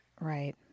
Right